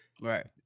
Right